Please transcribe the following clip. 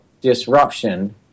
disruption